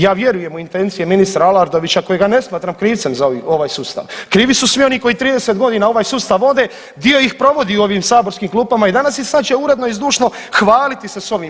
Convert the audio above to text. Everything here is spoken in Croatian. Ja vjerujem u intencije ministra Aladrovića kojega ne smatram krivcem za ovaj sustav, krivi su svi oni koji 30 godina ovaj sustav vode, dio ih provodi u ovim saborskim klupama i danas i sad će uredno i zdušno hvaliti se s ovim.